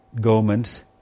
government's